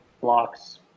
blocks